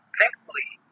thankfully